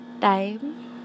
time